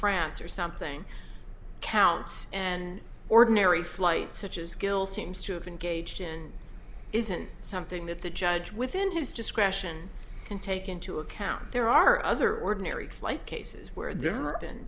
france or something counts and ordinary flight such as kill seems to have engaged in isn't something that the judge within his discretion can take into account there are other ordinary flight cases where this is often